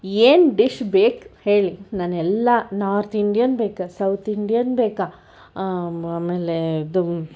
ಏನು ಡಿಶ್ ಬೇಕು ಹೇಳಿ ನಾನು ಎಲ್ಲ ನಾರ್ಥ್ ಇಂಡಿಯನ್ ಬೇಕ ಸೌತ್ ಇಂಡಿಯನ್ ಬೇಕ ಆಮೇಲೆ ಇದು